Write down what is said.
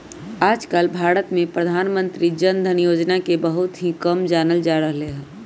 आजकल भारत में प्रधानमंत्री जन धन योजना के बहुत ही कम जानल जा रहले है